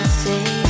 say